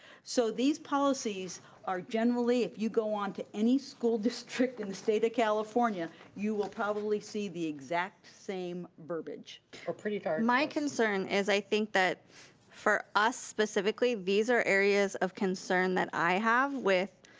so these policies are generally, if you go on to any school district in the state of california, you will probably see the exact same verbiage or pretty darn my concern is i think that for us specifically these are areas of concern that i have with